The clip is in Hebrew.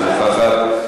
אינה נוכחת.